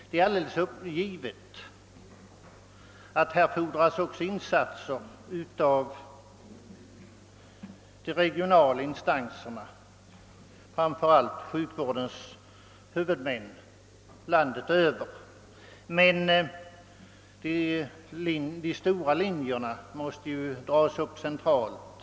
Det är alldeles givet att det också fordras insatser av de regionala instanserna, framför allt av sjukvårdens huvudmän landet över, men de stora linjerna mås te dras upp centralt.